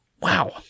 Wow